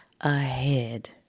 ahead